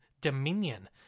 Dominion